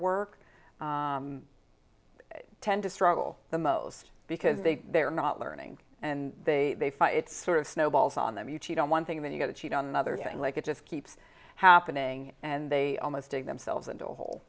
work tend to struggle the most because they they're not learning and they find it sort of snowballs on them you cheat on one thing then you go to cheat on another thing like it just keeps happening and they almost ing themselves into a hole